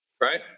right